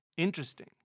Interesting